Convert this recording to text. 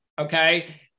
Okay